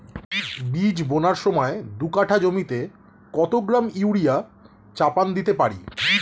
বীজ বোনার সময় দু কাঠা জমিতে কত গ্রাম ইউরিয়া চাপান দিতে পারি?